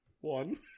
One